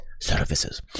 services